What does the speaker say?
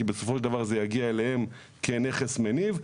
כי בסופו של דבר זה יגיע אליהם כנכס מניב.